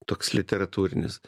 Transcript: toks literatūrinis